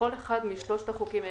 ובכל אחד משלושת החוקים האלה,